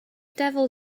devil